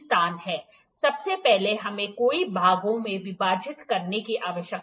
सबसे पहले हमें कई भागों में विभाजित करने की आवश्यकता है